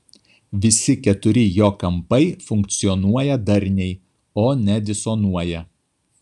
visi keturi jo kampai funkcionuoja darniai o ne disonuoja